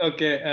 Okay